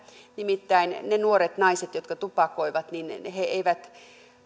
nimittäin niillä nuorilla naisilla jotka tupakoivat